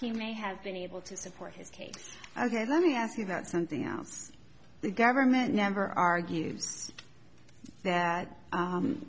he may have been able to support his case ok let me ask you about something else the government number argues that